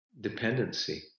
dependency